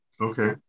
Okay